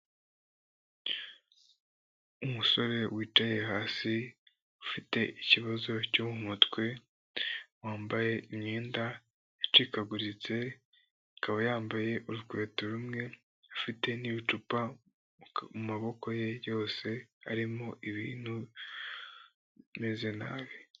Umusore wicaye hasi ufite ikibazo cyo mu mutwe, wambaye imyenda icikaguritse, akaba yambaye urukweto rumwe afite n'ibicupa mu maboko ye yose harimo ibintu bimeze nabi.